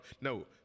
no